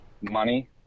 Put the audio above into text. money